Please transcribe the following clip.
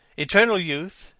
eternal youth,